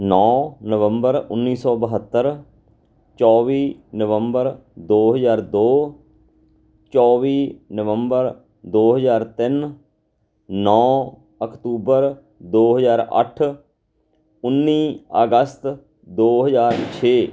ਨੌ ਨਵੰਬਰ ਉੱਨੀ ਸੌ ਬਹੱਤਰ ਚੌਵੀ ਨਵੰਬਰ ਦੋ ਹਜ਼ਾਰ ਦੋ ਚੌਵੀ ਨਵੰਬਰ ਦੋ ਹਜ਼ਾਰ ਤਿੰਨ ਨੌ ਅਕਤੂਬਰ ਦੋ ਹਜ਼ਾਰ ਅੱਠ ਉੱਨੀ ਅਗਸਤ ਦੋ ਹਜ਼ਾਰ ਛੇ